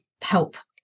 pelt